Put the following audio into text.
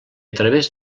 través